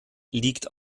liegt